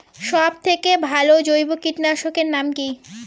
সব থেকে ভালো জৈব কীটনাশক এর নাম কি?